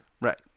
Right